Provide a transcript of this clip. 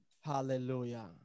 Hallelujah